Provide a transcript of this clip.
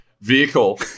vehicle